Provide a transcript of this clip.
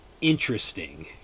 interesting